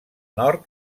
nord